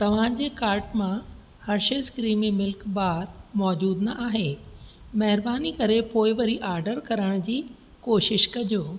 तव्हांजे कार्ट मां Hershey's creamy milk bar मौजूदु न आहे महेरबानी करे पोइ वरी आर्डर करण जी कोशिशि कजो